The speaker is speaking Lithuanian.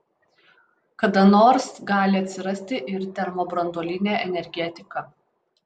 kada nors gali atsirasti ir termobranduolinė energetika